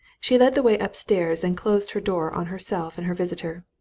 she led the way upstairs and closed her door on herself and her visitor.